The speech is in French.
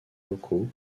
locaux